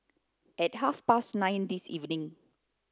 at half past nine this evening